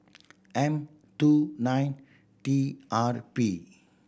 M two nine T R P